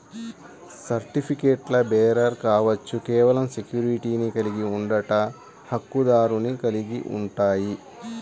సర్టిఫికెట్లుబేరర్ కావచ్చు, కేవలం సెక్యూరిటీని కలిగి ఉండట, హక్కుదారుని కలిగి ఉంటాయి,